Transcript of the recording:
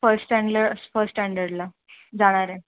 first स्टँड्लं first स्टँडर्डला जाणार आहे